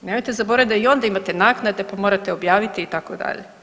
Nemojte zaboraviti da i onda imate naknade pa morate objaviti itd.